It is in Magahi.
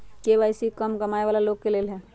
के.वाई.सी का कम कमाये वाला लोग के लेल है?